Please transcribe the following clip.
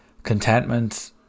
Contentment